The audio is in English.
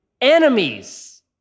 enemies